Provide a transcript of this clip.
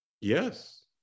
Yes